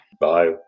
Bye